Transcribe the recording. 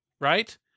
right